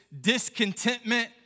discontentment